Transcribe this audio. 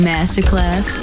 Masterclass